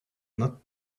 not